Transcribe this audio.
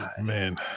Man